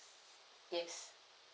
yes